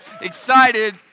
excited